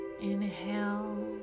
inhale